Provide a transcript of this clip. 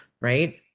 right